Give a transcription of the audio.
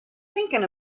thinking